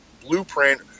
blueprint